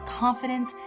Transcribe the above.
confidence